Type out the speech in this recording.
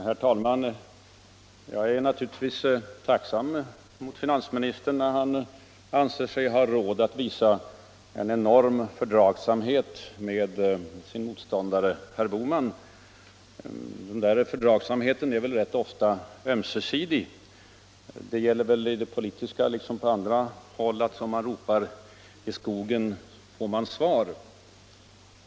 Herr talman! Jag är naturligtvis tacksam mot finansministern när han anser sig ha råd att visa en enorm fördragsamhet med sin motståndare herr Bohman. Denna fördragsamhet är rätt ofta ömsesidig. I det politiska livet liksom på andra håll gäller att som man ropar i skogen får man svar.